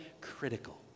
critical